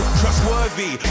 trustworthy